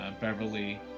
Beverly